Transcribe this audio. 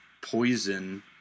poison